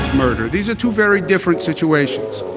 murder, these are two very different situations.